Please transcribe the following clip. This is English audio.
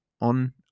on